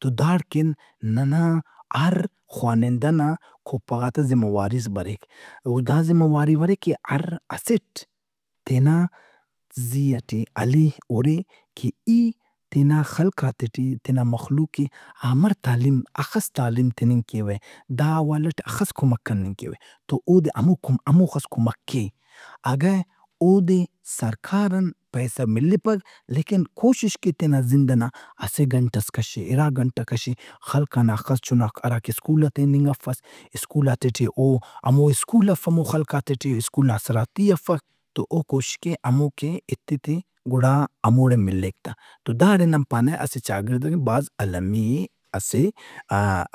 تو داڑکن ننا ہر خوانندہ نا کوپغات آ ذمہ وارِیس بریک۔ او دا ذمہ واری بریک کہ ہر اسٹ تینا زی ئٹے ہلے ہُرہِ کہ ای تینا خلقاتے ٹی، تینا مخلوق کہ امر تعلیم، ہخس تعلیم تِننگ کیوہ۔ دا وڑ اٹ ہخس کمک کیوہ۔ تو اودے ہمو-کُم-ہموخس کمک کے۔ اگہ اودے سرکاران پیسہ ملّپک لیکن کوشش کے تینا زند ئنا اسہ گھنٹہس کشّہِ، اِرا گھنٹہ کشّہِ خلق ئنا ہخس چُناک ہراکہ سکولاتے آ ہننگٹے افس۔ سکولاتے ٹی او ہمو سکول اف ہمو خلقاتے ٹے، سکول نا آسراتی اف تو او کوشش کے ہموتے ایتہِ تہِ گُڑا ہموڑان ملک تہ۔ تو داڑے نن پانہ اسہ چاگڑِد ئکہ المی اے اسہ